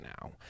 now